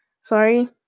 Sorry